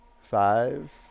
Five